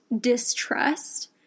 distrust